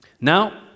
Now